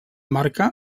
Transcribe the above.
marca